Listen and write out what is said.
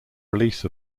release